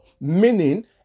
meaning